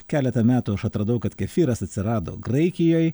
keletą metų aš atradau kad kefyras atsirado graikijoj